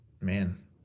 man